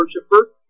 worshiper